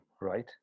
right